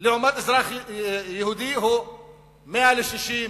לעומת אזרח יהודי, הוא 100 ל-60.